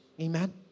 Amen